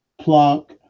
Plunk